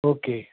okay